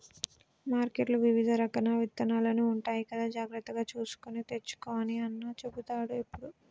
మార్కెట్లో వివిధ రకాల విత్తనాలు ఉంటాయి కదా జాగ్రత్తగా చూసుకొని తెచ్చుకో అని అన్న చెపుతాడు ఎప్పుడు